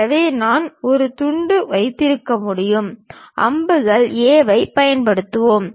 எனவே நான் ஒரு துண்டு வைத்திருக்க முடியும் அம்புகள் A ஐ பயன்படுத்துவோம்